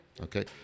okay